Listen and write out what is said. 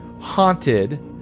haunted